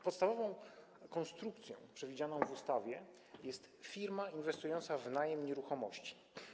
Podstawową konstrukcją przewidzianą w ustawie jest firma inwestująca w najem nieruchomości.